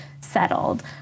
settled